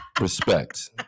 Respect